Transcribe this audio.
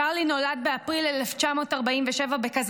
צ'רלי נולד באפריל 1947 בקזבלנקה,